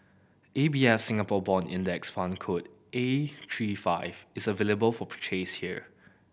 A B F Singapore Bond Index Fund code A three five is available for purchase here